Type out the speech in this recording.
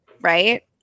right